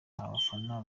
abafana